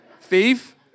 Thief